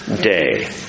day